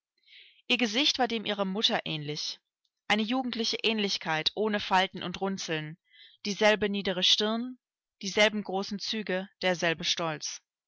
ihr gesicht war dem ihrer mutter ähnlich eine jugendliche ähnlichkeit ohne falten und runzeln dieselbe niedere stirn dieselben großen züge derselbe stolz